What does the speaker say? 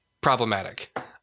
problematic